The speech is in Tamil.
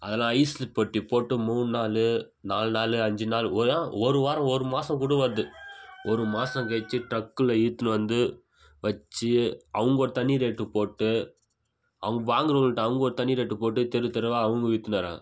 அதெல்லாம் ஐஸு பெட்டி போட்டு மூணு நாள் நாலு நாள் அஞ்சு நாள் ஒரு ஏன் ஒரு வாரம் ஒரு மாதம் கூட வருது ஒரு மாதம் கழிச்சி ட்ரக்கில் இழுத்துனு வந்து வச்சு அவங்க ஒரு தனி ரேட்டு போட்டு அவங்க வாங்கிறவுங்கள்ட்ட அவங்க ஒரு தனி ரேட்டு போட்டு தெரு தெருவாக அவங்க விற்றுனு வராங்க